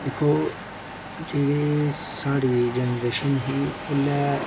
दिक्खो जेह्ड़ी साढ़ी जनरेशन ही ओल्लै